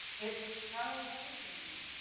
it's charles dickens.